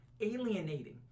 alienating